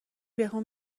بهمون